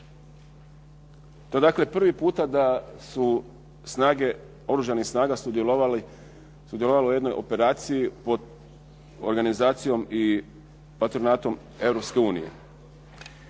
To je dakle prvi puta da su snage, Oružanih snaga sudjelovali u jednoj operaciji pod organizacijom i patronatom